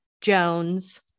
Jones